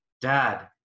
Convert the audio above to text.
dad